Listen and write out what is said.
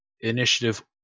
initiative